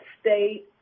state